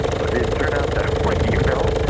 but didn't turn out that way you know.